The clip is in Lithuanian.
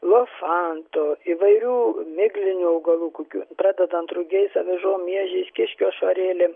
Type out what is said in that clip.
losantų įvairių miglinių augalų kokių pradedant rugiais avižom miežiais kiškio ašarėlėm